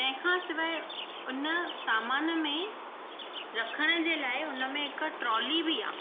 तंहिंखां सवाइ उन सामान में रखण जे लाइ उनमें हिकु ट्रोली बि आहे